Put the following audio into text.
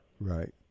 Right